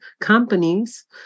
companies